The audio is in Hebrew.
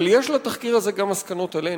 אבל יש לתחקיר הזה גם מסקנות לגבינו,